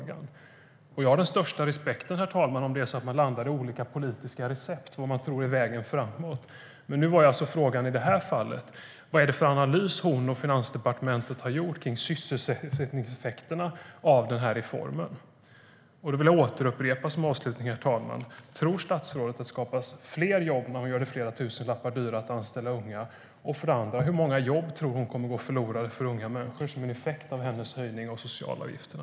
Jag har, herr talman, den största respekt för om man landar i olika politiska recept för vad man tror är vägen framåt. Men nu var alltså frågan i det här fallet: Vad är det för analys som finansministern och Finansdepartementet har gjort kring sysselsättningseffekterna av reformen? Jag vill som avslutning, herr talman, återupprepa: Tror statsrådet att det skapas fler jobb när man gör det flera tusenlappar dyrare att anställa unga? Hur många jobb tror hon kommer att gå förlorade för unga människor som en effekt av hennes höjning av socialavgifterna?